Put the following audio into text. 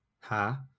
ha